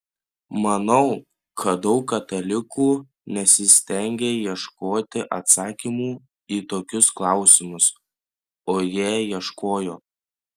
manau kad daug katalikų nesistengia ieškoti atsakymų į tokius klausimus o jie ieškojo